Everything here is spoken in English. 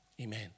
Amen